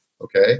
okay